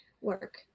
work